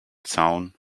zaun